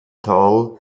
tal